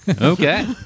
okay